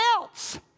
else